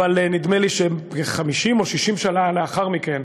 אבל נדמה לי ש-50 או 60 שנה לאחר מכן,